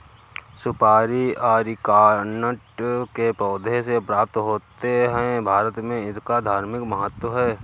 सुपारी अरीकानट के पौधों से प्राप्त होते हैं भारत में इसका धार्मिक महत्व है